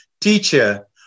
teacher